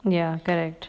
ya correct